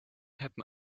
happen